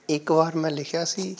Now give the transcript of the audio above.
ਇੱਕ ਵਾਰ ਮੈਂ ਲਿਖਿਆ ਸੀ